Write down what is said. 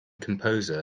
composer